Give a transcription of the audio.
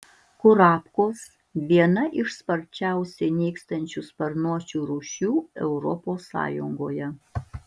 kurapkos viena iš sparčiausiai nykstančių sparnuočių rūšių europos sąjungoje